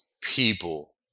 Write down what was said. people